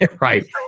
Right